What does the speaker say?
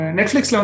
Netflix